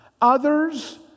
Others